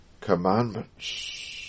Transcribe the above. commandments